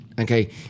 Okay